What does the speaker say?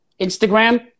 Instagram